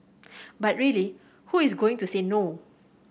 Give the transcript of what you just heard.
but really who is going to say no